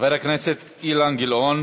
חבר הכנסת אילן גילאון.